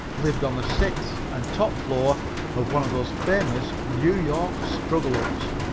lived on the sixth and top floor of one of those famous new york struggle-ups.